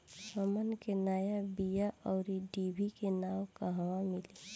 हमन के नया बीया आउरडिभी के नाव कहवा मीली?